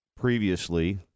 previously